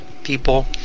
People